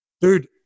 dude